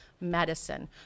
medicine